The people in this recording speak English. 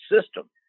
system